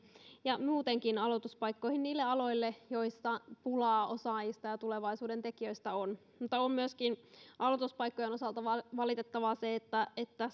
ja muutenkin aloituspaikkoihin niille aloille joilla pulaa osaajista ja tulevaisuuden tekijöistä on mutta aloituspaikkojen osalta on myöskin valitettavaa se että